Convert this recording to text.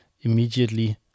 immediately